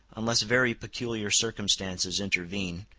unless very peculiar circumstances intervene,